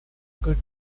good